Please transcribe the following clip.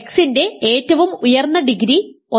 X ന്റെ ഏറ്റവും ഉയർന്ന ഡിഗ്രി 1 ആണ്